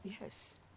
Yes